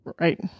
Right